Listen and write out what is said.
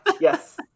yes